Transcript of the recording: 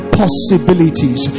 possibilities